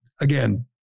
Again